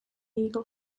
eagle